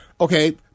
Okay